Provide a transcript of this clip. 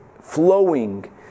flowing